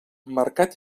mercat